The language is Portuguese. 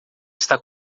está